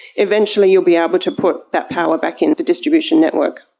eventually you will be able to put that power back in the distribution network.